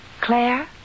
Claire